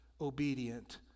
obedient